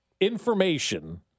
information